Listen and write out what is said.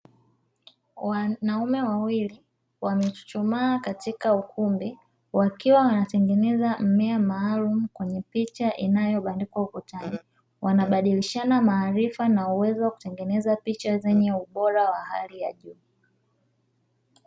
Wanaume wawili wamechuchumaa katika ukumbi, wakiwa wanatengeneza mmea maalumu kwenye picha inayobandikwa ukutani, wanabadilishana maarifa na uwezo wa kutengeneza picha zenye ubora wa hali ya juu.